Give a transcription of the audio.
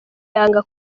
yanga